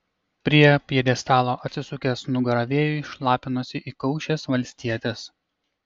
prie pjedestalo atsukęs nugarą vėjui šlapinosi įkaušęs valstietis